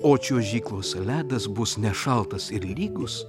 o čiuožyklos ledas bus nešaltas ir lygus